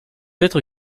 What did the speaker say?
être